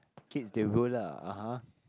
kids they will lah (uh huh)